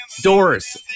Doris